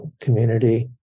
community